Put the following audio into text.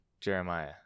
Jeremiah